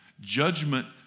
Judgment